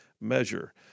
measure